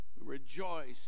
rejoice